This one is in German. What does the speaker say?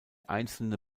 einzelne